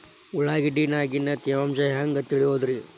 ಉಳ್ಳಾಗಡ್ಯಾಗಿನ ತೇವಾಂಶ ಹ್ಯಾಂಗ್ ತಿಳಿಯೋದ್ರೇ?